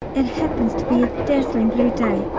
it happens to be a dazzling blue day,